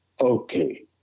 Okay